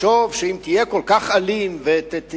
שאפשר לחשוב שאם תהיה כל כך אלים ותתנהג